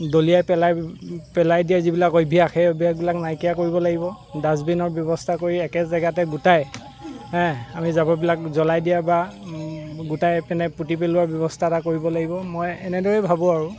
দলিয়াই পেলাই পেলাই দিয়া যিবিলাক অভ্যাস সেই অভ্যাসবিলাক নাইকিয়া কৰিব লাগিব ডাষ্টবিনৰ ব্যৱস্থা কৰি একে জেগাতে গোটাই আমি জাবৰবিলাক জ্বলাই দিয়া বা গোটাই পিনে পোতি পেলোৱাৰ ব্যৱস্থা এটা কৰিব লাগিব মই এনেদৰেই ভাবোঁ আৰু